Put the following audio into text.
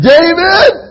David